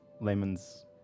Layman's